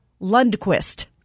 Lundquist